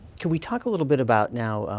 can we talk a little bit about, now,